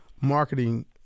marketing